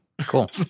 cool